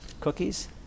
cookies